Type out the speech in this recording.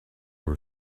were